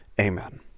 amen